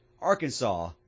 Arkansas